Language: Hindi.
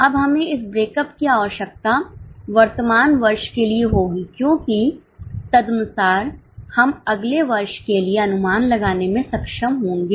अब हमें इस ब्रेकअप की आवश्यकता वर्तमान वर्ष के लिए होगी क्योंकि तदनुसार हम अगले वर्ष के लिए अनुमान लगाने में सक्षम होंगे